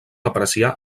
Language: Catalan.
apreciar